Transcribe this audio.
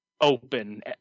open